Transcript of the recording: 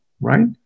right